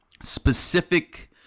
specific